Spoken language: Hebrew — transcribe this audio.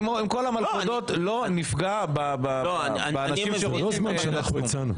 עם כל המלכודות, לא נפגע באנשים שרוצים לצום.